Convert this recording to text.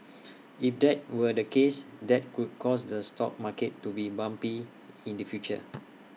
if that were the case that could cause the stock market to be bumpy in the future